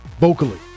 vocally